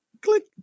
Click